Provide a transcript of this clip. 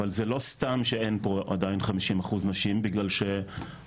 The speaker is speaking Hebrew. אבל זה לא סתם שאין פה עדיין 50 אחוז נשים בגלל שהחברה